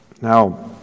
Now